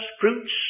fruits